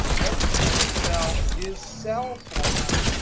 everything in excel is cell formatting.